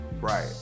Right